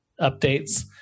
updates